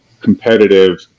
competitive